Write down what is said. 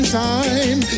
time